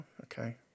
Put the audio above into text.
okay